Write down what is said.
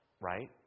right